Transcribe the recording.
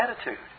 attitude